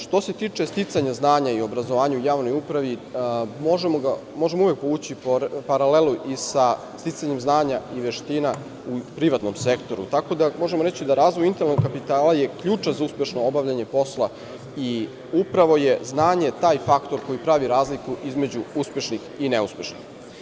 Što se tiče sticanja znanja i obrazovanja u javnoj upravi, možemo uvek povući paralelu i sa sticanjem znanja i veština u privatnom sektoru, tako da možemo reći da je razvoj intelektualnog kapitala je ključan za uspešno obavljanje posla i upravo je znanje taj faktor koji pravi razliku između uspešnih i neuspešnih.